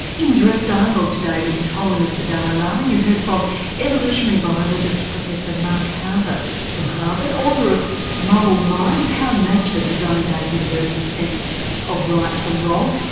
in direct dialogue today with his holiness the dalai lama you heard from evolutionary biologist professor marc hauser from harvard, author of moral minds how nature designed our universal sense of right and wrong.